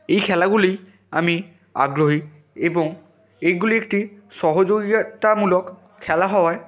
এই খেলাগুলি আমি আগ্রহী এবং এগুলি একটি সহযোগিতামূলক খেলা হওয়ায়